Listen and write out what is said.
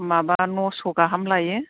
माबा नस' गाहाम लायो